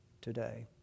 today